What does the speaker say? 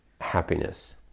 happiness